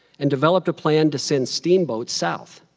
and developed a plan to send steamboats south